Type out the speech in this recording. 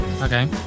Okay